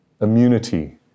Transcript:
immunity